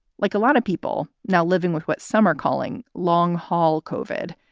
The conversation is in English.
like a lot of people now living with what some are calling long haul kofod,